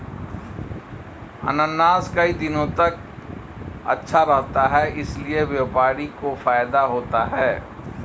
अनानास कई दिनों तक अच्छा रहता है इसीलिए व्यापारी को फायदा होता है